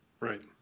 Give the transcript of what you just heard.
right